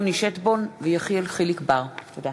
יוני שטבון ויחיאל חיליק בר בנושא: שירותי טיפולי שיניים חינם לילדים.